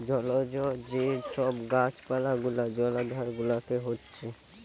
জলজ যে সব গাছ পালা গুলা জলাধার গুলাতে হচ্ছে